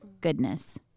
goodness